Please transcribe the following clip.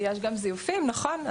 יש גם זיופים, נכון.